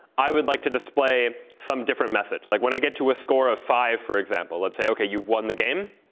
i would like to display some different methods. like, when i get to a score of five, for example, let's say, ok, you won the game.